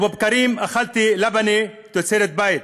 ובבקרים אכלתי לבנה תוצרת בית.